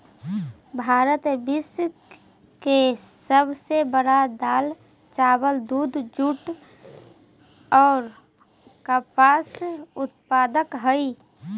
भारत विश्व के सब से बड़ा दाल, चावल, दूध, जुट और कपास उत्पादक हई